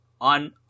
on